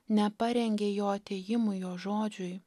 neparengė jo atėjimui jo žodžiui